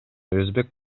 өзбек